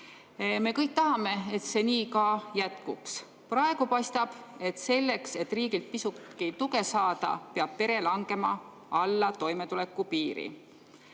Me kõik tahame, et see nii ka jätkuks. Praegu paistab, et selleks, et riigilt pisutki tuge saada, peab pere langema alla toimetulekupiiri.